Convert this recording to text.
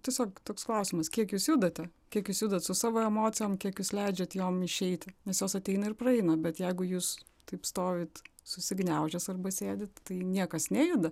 tiesiog toks klausimas kiek jūs judate kiek jūs judat su savo emocijom kiek jūs leidžiat jom išeiti nes jos ateina ir praeina bet jeigu jūs taip stovit susigniaužęs arba sėdit tai niekas nejuda